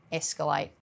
escalate